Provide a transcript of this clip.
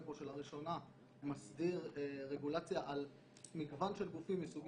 פה שלראשונה הוא מסדיר רגולציה על מגוון של גופים מסוגים שונים.